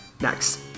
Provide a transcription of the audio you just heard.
Next